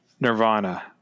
Nirvana